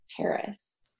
Paris